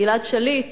גלעד שליט